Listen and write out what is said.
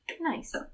Nice